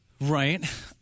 Right